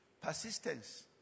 Persistence